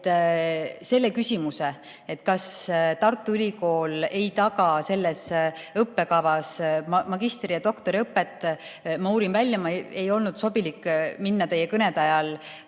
selle küsimuse, kas Tartu Ülikool ei taga selles õppekavas magistri- ja doktoriõpet, ma uurin välja. Ei olnud sobilik minna teie kõnede ajal